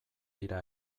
dira